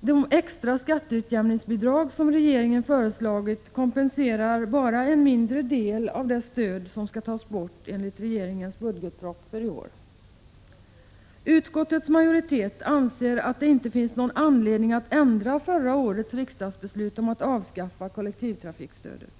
De extra skatteutjämningsbidrag som regeringen förslagit kompenserar bara en mindre del av det stöd som skall tas bort enligt regeringens budgetproposition för i år. Utskottets majoritet anser att det inte finns någon anledning att ändra förra årets riksdagsbeslut om att avskaffa kollektivtrafikstödet.